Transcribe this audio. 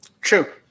True